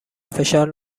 فشار